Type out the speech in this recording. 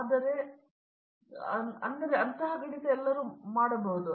ಆದ್ದರಿಂದ ಅದು ಹೇಗೆ ಇರಬೇಕೆಂಬುದು